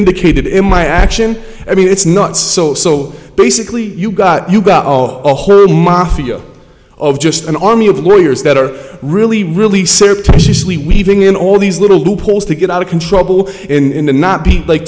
indicated in my action i mean it's not so so basically you've got you've got a whole mafia of just an army of lawyers that are really really surreptitiously weaving in all these little loopholes to get out of control in not be like